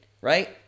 right